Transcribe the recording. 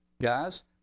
guys